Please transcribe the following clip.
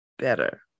better